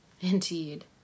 indeed